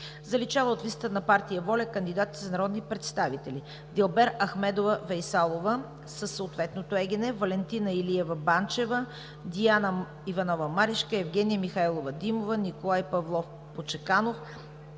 Заличава от листата на партия ВОЛЯ кандидатите за народни представители: Дилбер Ахмедова Вейсалова; Валентина Илиева Банчева; Диана Иванова Марешка; Евгения Михайлова Димова; Николай Павлов Почеканов;